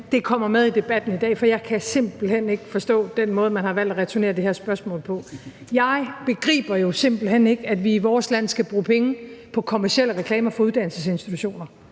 det kommer med i debatten i dag, for jeg kan simpelt hen ikke forstå den måde, man har valgt at returnere det her spørgsmål på. Jeg begriber jo simpelt hen ikke, at vi i vores land skal bruge penge på kommercielle reklamer for uddannelsesinstitutioner.